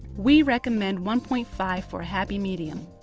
we recommend one point five for a happy medium.